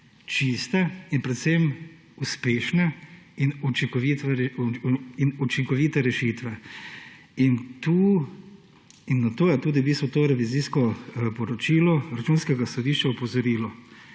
čiste in predvsem uspešne in učinkovite rešitve. Na to je tudi v bistvu to revizijsko poročilo Računskega sodišča opozorilo.